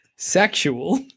Sexual